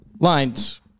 Lines